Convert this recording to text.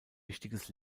wichtiges